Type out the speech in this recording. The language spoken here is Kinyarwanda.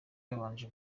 babanje